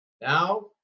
Now